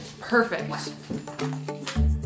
Perfect